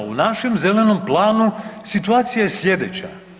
U našem zelenom planu situacija je slijedeća.